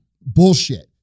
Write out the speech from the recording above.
Bullshit